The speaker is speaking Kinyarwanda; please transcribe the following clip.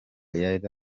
yari